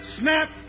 Snap